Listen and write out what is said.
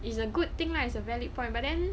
it's a good thing lah is a valid point but then